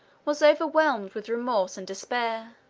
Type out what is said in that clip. was overwhelmed with remorse and despair.